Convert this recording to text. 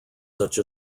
such